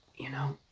you know